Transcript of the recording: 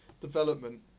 development